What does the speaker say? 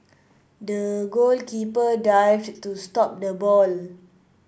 the goalkeeper dived to stop the ball